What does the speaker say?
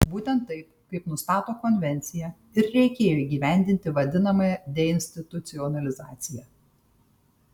būtent taip kaip nustato konvencija ir reikėjo įgyvendinti vadinamąją deinstitucionalizaciją